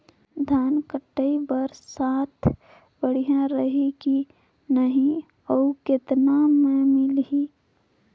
धान कटाई बर साथ बढ़िया रही की नहीं अउ कतना मे मिलही?